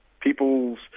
People's